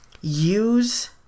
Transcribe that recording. use